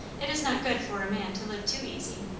it is not good for a man to live too easy.